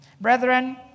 Brethren